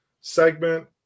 segment